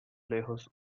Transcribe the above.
lejos